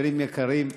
חברים יקרים,